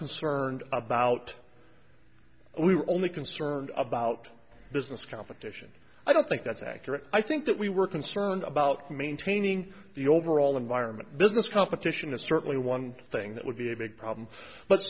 concerned about we were only concerned about business competition i don't think that's accurate i think that we were concerned about maintaining the overall environment business competition is certainly one thing that would be a big problem but